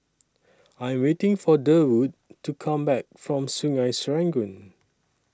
I Am waiting For Durwood to Come Back from Sungei Serangoon